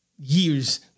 years